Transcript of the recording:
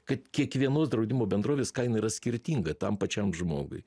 kad kiekvienos draudimo bendrovės kaina yra skirtinga tam pačiam žmogui